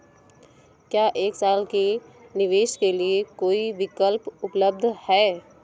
क्या एक साल के निवेश के लिए कोई विकल्प उपलब्ध है?